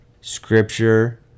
scripture